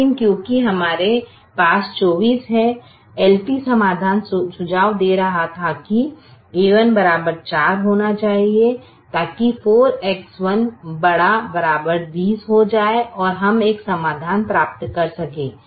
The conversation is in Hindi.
लेकिन क्योंकि हमारे पास 24 हैं LP समाधान सुझाव दे रहा था कि a1 4 होना चाहिए ताकि 4X1 ≥ 20 हो जाए और हम एक समाधान प्राप्त कर सकें